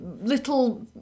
little